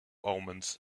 omens